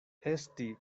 esti